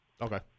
Okay